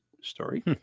story